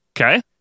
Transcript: okay